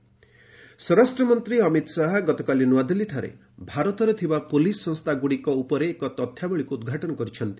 HM BPR and D ସ୍ୱରାଷ୍ଟ୍ର ମନ୍ତ୍ରୀ ଅମିତ ଶାହା ଗତକାଲି ନୂଆଦିଲ୍ଲୀଠାରେ ଭାରତରେ ଥିବା ପୁଲିସ୍ ସଂସ୍ଥାଗୁଡ଼ିକ ଉପରେ ଏକ ତଥ୍ୟାବଳୀକୁ ଉଦ୍ଘାଟନ କରିଛନ୍ତି